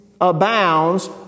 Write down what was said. abounds